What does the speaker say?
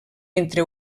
entre